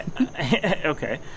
Okay